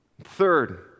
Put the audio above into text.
Third